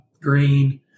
green